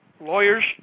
Lawyers